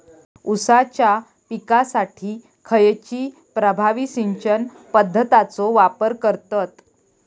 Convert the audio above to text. ऊसाच्या पिकासाठी खैयची प्रभावी सिंचन पद्धताचो वापर करतत?